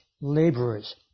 laborers